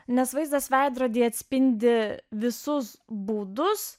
nes vaizdas veidrodyje atspindi visus būdus